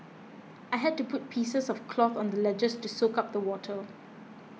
I had to put pieces of cloth on the ledges to soak up the water